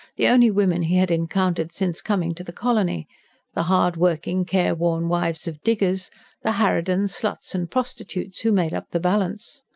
the only women he had encountered since coming to the colony the hardworking, careworn wives of diggers the harridans, sluts and prostitutes who made up the balance.